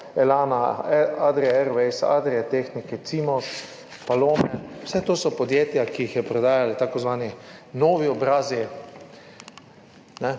Elana, Adrie Airways, Adrie Tehnike, Cimos, Palome, vse to so podjetja, ki jih prodajali t. i. novi obrazi,